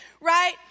Right